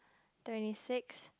twenty six